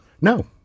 No